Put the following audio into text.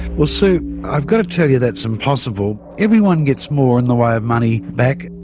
well sue, i've got to tell you that's impossible. everyone gets more in the way of money back.